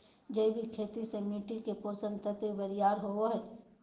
जैविक खेती से मिट्टी के पोषक तत्व बरियार होवो हय